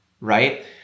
right